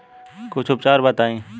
कुछ उपचार बताई?